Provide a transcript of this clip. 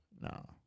No